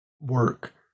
work